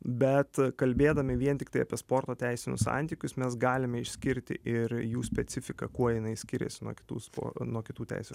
bet kalbėdami vien tiktai apie sporto teisinius santykius mes galime išskirti ir jų specifiką kuo jinai skiriasi nuo kitų spor nuo kitų teisių